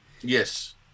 yes